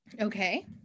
okay